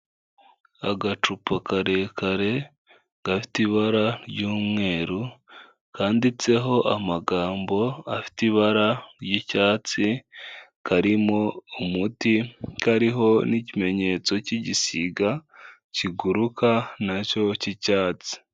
Agacupa karekare gafite ibara ry'umweru kanditseho amagambo afite ibara ry'icyatsi karimo umuti kariho n'ikimenyetso cy'igisiga kiguruka na cyo cy'icyatsi.